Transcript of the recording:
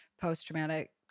post-traumatic